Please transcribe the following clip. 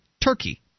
Turkey